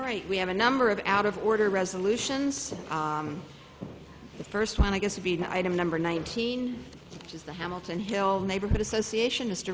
all right we have a number of out of order resolutions the first one i guess would be to item number nineteen which is the hamilton hill neighborhood association his